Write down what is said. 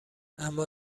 اما